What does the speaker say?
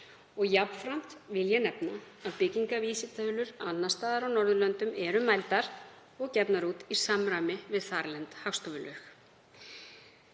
Jafnframt vil ég nefna að byggingarvísitölur annars staðar á Norðurlöndum eru mældar og gefnar út í samræmi við þarlend hagstofulög.